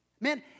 Man